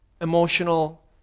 emotional